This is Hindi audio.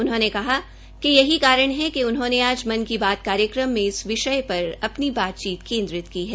उन्होंने कहा कि यही कारण है कि उन्होंने आज मन की बात कार्यक्रम में इस विषय पर अपनी बातचीत केंद्रित की है